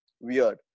weird